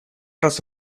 раз